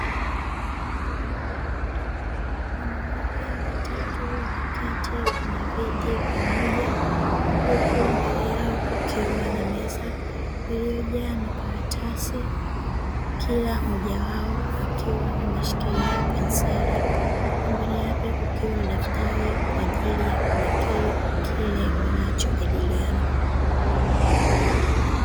Wanawake watatu wameketi kwenye viti pamoja, huku mbele yao kukiwa na meza iliyojaa makaratasi kila mmoja wao akiwa ameshikilia penseli pembeni yake kukiwa na daftari kwa ajili ya kunakili kile wanachojadiliana.